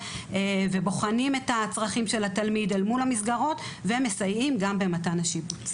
ובוחנים את הצרכים של התלמיד אל מול המסגרות ומסייעים גם במתן השיבוץ.